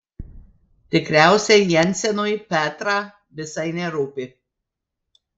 tikriausiai jensenui petrą visai nerūpi